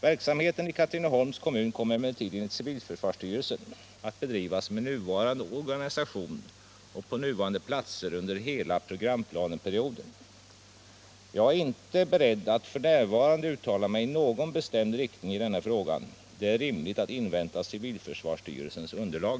Verksamheten i Katrineholms kommun kommer emellertid enligt civilförsvarsstyrelsen att bedrivas med nuvarande organisation och på nuvarande platser under hela programplaneperioden. Jag är inte beredd att f. n. uttala mig i någon bestämd riktning i den här frågan. Det är rimligt att invänta civilförsvarsstyrelsens underlag.